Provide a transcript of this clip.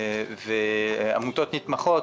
עמותות נתמכות,